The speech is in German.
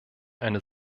eine